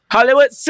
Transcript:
Hollywood